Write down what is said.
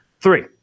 Three